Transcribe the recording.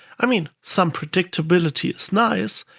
i mean, some predictability is nice,